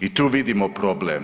I tu vidimo problem.